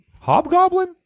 Hobgoblin